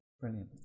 Brilliant